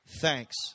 Thanks